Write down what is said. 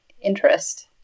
interest